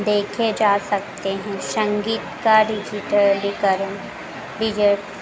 देखे जा सकते हैं संगीत का डिज़िटलीकरण डिज